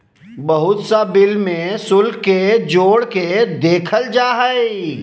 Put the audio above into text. बहुत सा बिल में शुल्क के जोड़ के देखल जा हइ